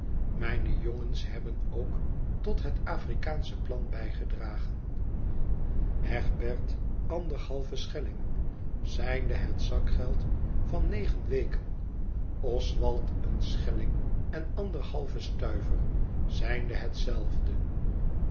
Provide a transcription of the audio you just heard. mijne jongens hebben ook tot het afrikaansche plan bijgedragen egbert anderhalven schelling zijnde het zakgeld van negen weken oswald een schelling en anderhalven stuiver zijnde hetzelfde